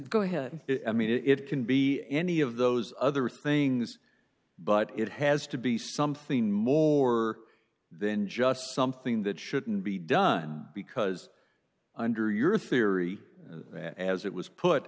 go ahead i mean it can be any of those other things but it has to be something more than just something that shouldn't be done because under your theory as it was put